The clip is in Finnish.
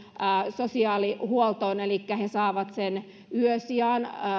sosiaalihuoltoon elikkä he saavat yösijan